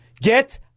Get